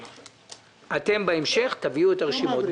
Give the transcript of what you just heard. שאתם בהמשך תביאו את הרשימות,